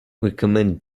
recommend